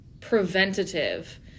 preventative